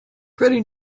pretty